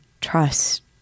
trust